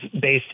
based